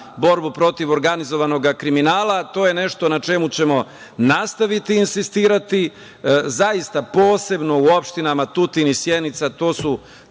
borbu protiv organizovanog kriminala, to je nešto na čemu ćemo nastaviti insistirati zaista, posebno u opštinama Tutin i Sjenica. To su